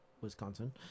Wisconsin